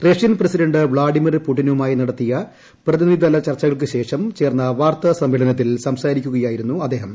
Russian president Vladimir പുടിനുമായി നടത്തിയ പ്രതിനിധിതല ചർച്ചിൿൾക്ക് ശേഷം ചേർന്ന വാർത്താ സമ്മേളനത്തിൽ സംസാരിക്കുകയായിരുന്നു അദ്ദേഹം